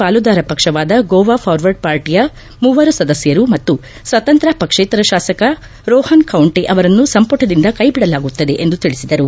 ಪಾಲುದಾರ ಪಕ್ಷವಾದ ಗೋವಾ ಫಾರ್ವಡ್ ಪಾರ್ಟಿಯ ಮುವರು ಸದಸ್ಕರು ಮತ್ತು ಸ್ವತಂತ್ರ ಪಕ್ಷೇತರ ಶಾಸಕ ರೋಹನ್ ಬೌಂಟೆ ಅವರ್ನು ಸಂಪುಟದಿಂದ ಕೈಬಿಡಲಾಗುತ್ತದೆ ಎಂದು ತಿಳಿಸಿದರು